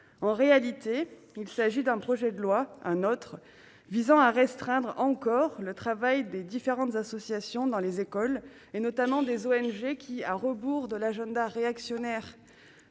En réalité, il s'agit d'un nouveau texte pour restreindre encore le travail des différentes associations dans les écoles, notamment des ONG qui, à rebours de l'agenda réactionnaire